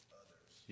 others